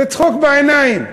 זה צחוק בעיניים.